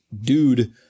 dude